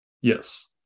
Yes